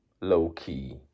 low-key